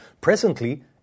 Presently